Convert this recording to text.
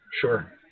sure